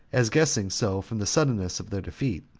as guessing so from the suddenness of their defeat,